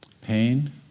pain